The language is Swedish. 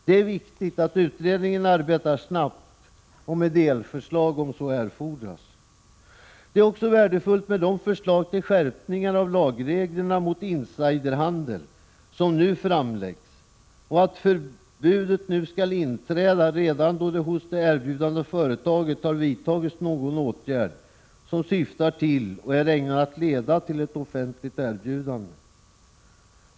Det är viktigt att utredningen arbetar snabbt, och med delförslag om så erfordras. Värdefullt är också de förslag till skärpningar av lagreglerna mot insiderhandel som nu framläggs och att förbudet nu skall inträda redan då det hos det erbjudande företaget har vidtagits någon åtgärd som syftar till och är ägnad att leda till ett offentligt erbjudande.